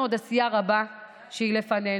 עוד עשייה רבה לפנינו.